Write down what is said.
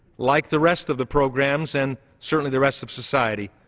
like the rest of the programs and certainly the rest of society,